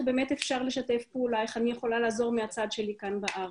אפשר לשתף פעולה ואיך אני יכולה לעזור מהצד שלי כאן בארץ.